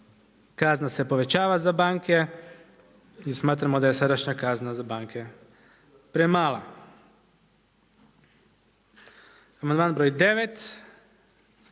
Kazna se povećava za banke jer smatramo da je sadašnja kazna za banke premala.